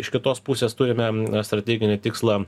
iš kitos pusės turime strateginį tikslą